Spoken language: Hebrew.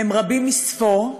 הם רבים מספור.